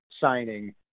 signing